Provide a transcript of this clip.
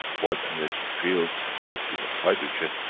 what energy field will give us hydrogen?